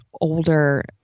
older